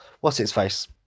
what's-its-face